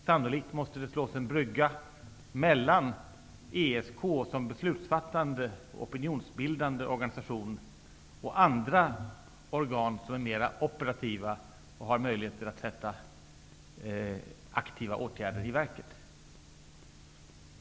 Sannolikt måste det slås en brygga mellan ESK som beslutsfattande och opinionsbildande organisation och andra organ som är mer operativa och har möjligheter att sätta aktiva åtgärder i verket.